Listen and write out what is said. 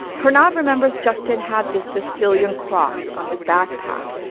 pranav remembers justin had this sicilian cross on his backpack,